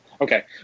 okay